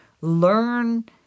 learn